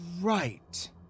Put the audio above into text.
right